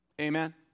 amen